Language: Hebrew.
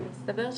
אבל מסתבר,